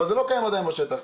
אבל זה לא קיים עדיין בשטח.